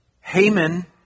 Haman